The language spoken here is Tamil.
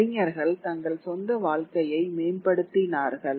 அறிஞர்கள் தங்கள் சொந்த வாழ்க்கையை மேம்படுத்தினார்கள்